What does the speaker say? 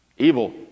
Evil